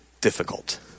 difficult